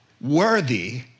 worthy